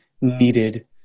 needed